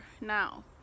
now